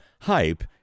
hype